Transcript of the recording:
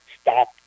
stop